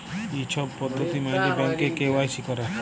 ই ছব পদ্ধতি ম্যাইলে ব্যাংকে কে.ওয়াই.সি ক্যরে